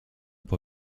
può